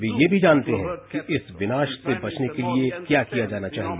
वे ये भी जानते हैं कि इस विनाश से बचने के लिए क्या किया जाना चाहिए